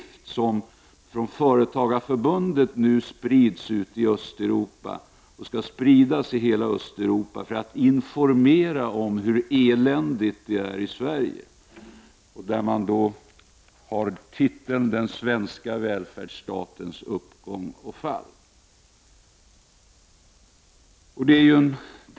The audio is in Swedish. Företagareförbundet sprider en skrift i Östeuropa för att informera om hur eländigt det är i Sverige. Titeln på skriften är ”Den svenska välfärdsstatens uppgång och fall”.